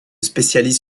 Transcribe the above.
spécialise